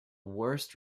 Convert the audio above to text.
worst